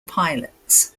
pilots